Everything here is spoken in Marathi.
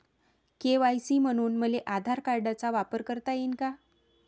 के.वाय.सी म्हनून मले आधार कार्डाचा वापर करता येईन का?